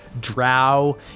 drow